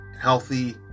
Healthy